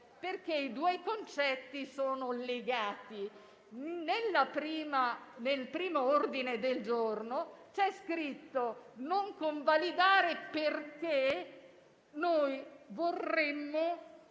perché i due concetti sono legati. Nel primo ordine del giorno c'è scritto di non convalidare l'elezione